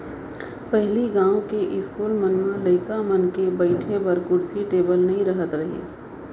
पहिली गॉंव के इस्कूल मन म लइका मन के बइठे बर कुरसी टेबिल नइ रहत रहिस